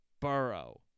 Burrow